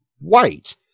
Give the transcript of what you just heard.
white